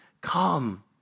come